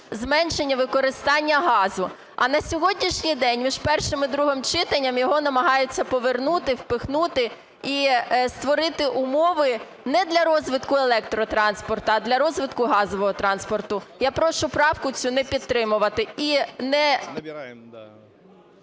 зменшення використання газу. А на сьогоднішній день між першим і другим читанням його намагаються повернути, впихнути і створити умови не для розвитку електротранспорту, а для розвитку газового транспорту. Я прошу правку цю не підтримувати